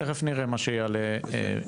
תיכף נראה מה יעלה בדיון.